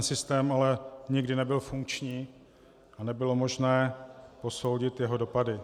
Systém ale nikdy nebyl funkční a nebylo možné posoudit jeho dopady.